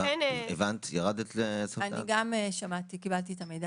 מתוך הבנה שיכול להיות שהן מגיעות למיון